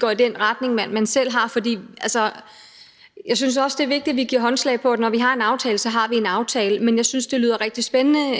forliget går i den retning, man selv gerne vil. Jeg synes også, det er vigtigt, at vi giver hinanden håndslag på, at når vi har en aftale, så har vi en aftale. Men jeg synes, det lyder rigtig spændende,